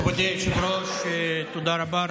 תודה רבה.